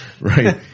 right